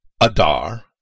Adar